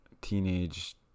teenage